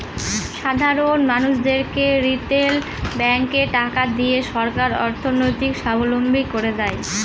সাধারন মানুষদেরকে রিটেল ব্যাঙ্কে টাকা দিয়ে সরকার অর্থনৈতিক সাবলম্বী করে দেয়